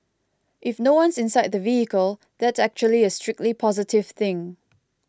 if no one's inside the vehicle that's actually a strictly positive thing